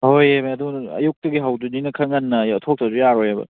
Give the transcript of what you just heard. ꯍꯣꯏꯃꯤ ꯑꯗꯨꯅ ꯑꯌꯨꯛꯇꯒꯤ ꯍꯧꯗꯣꯏꯅꯤꯅ ꯈꯔ ꯉꯟꯅ ꯊꯣꯛꯇꯕꯁꯨ ꯌꯥꯔꯣꯏꯌꯦꯕ